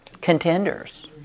Contenders